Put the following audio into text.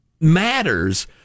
matters